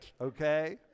Okay